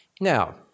Now